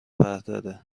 برداره